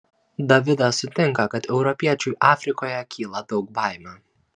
davidas sutinka kad europiečiui afrikoje kyla daug baimių